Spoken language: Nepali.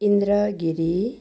इन्द्र गिरी